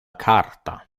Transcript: carta